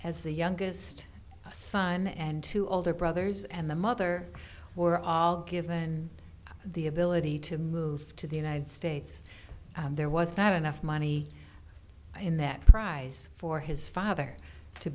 has the youngest son and two older brothers and the mother were all given the ability to move to the united states there was not enough money in that prize for his father to